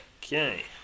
Okay